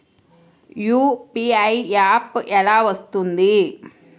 UPI app ఎలా వస్తుంది?